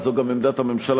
וזו גם עמדת הממשלה,